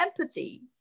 empathy